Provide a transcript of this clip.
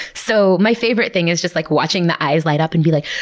so my favorite thing is just like watching the eyes light up and be like,